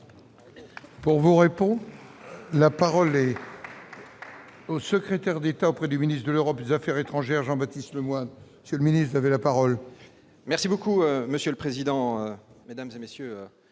Pour vous répond : la parole est. Secrétaire d'État auprès du ministre de l'Europe des Affaires étrangères, Jean-Baptiste Lemoine, c'est le ministère de la parole. Merci beaucoup monsieur le président, Mesdames et messieurs